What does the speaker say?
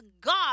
God